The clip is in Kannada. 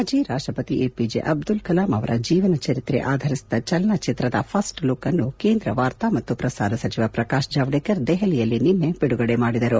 ಮಾಜಿ ರಾಷ್ಷಪತಿ ಎಪಿಜೆ ಅಬ್ದುಲ್ ಕಲಾಂ ಅವರ ಜೀವನ ಚರಿತ್ರೆ ಆಧರಿಸಿದ ಚಲನಚಿತ್ರದ ಫಸ್ಟ್ಲುಕ್ ಅನ್ನು ಕೇಂದ್ರ ವಾರ್ತಾ ಮತ್ತು ಪ್ರಸಾರ ಸಚಿವ ಪ್ರಕಾಶ್ ಜಾವಡೇಕರ್ ದೆಪಲಿಯಲ್ಲಿ ನಿನ್ನೆ ಬಿಡುಗಡೆ ಮಾಡಿದರು